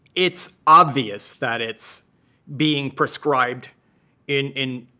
it's obvious that it's being prescribed in in